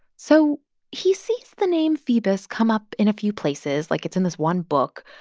so he sees the name phoebus come up in a few places. like, it's in this one book.